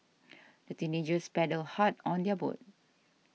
the teenagers paddled hard on their boat